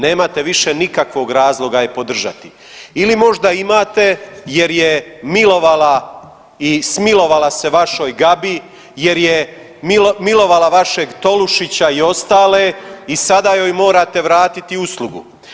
nemate više nikakvog razlog je podržati ili možda imate jer je milovala i smilovala se vašoj Gabi jer je milovala vašeg Tolušića i ostale i sada joj morate vratiti uslugu.